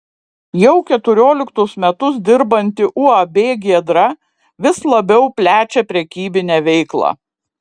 jau keturioliktus metus dirbanti uab giedra vis labiau plečia prekybinę veiklą